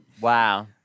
Wow